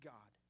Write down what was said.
God